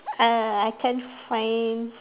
uh I can't find